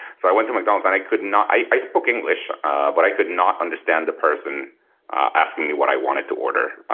so i went to mcdonalds, and i could not i i spoke english but i could not understand the person asking me what i wanted to order.